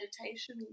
meditation